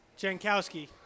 Jankowski